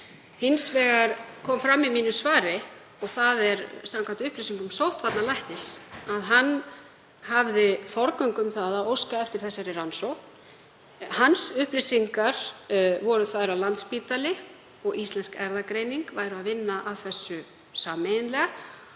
Hins vegar kom fram í svari mínu, og það er samkvæmt upplýsingum sóttvarnalæknis að hann hafði forgöngu um að óska eftir þessari rannsókn. Hans upplýsingar voru þær að Landspítali og Íslensk erfðagreining væru að vinna að þessu sameiginlega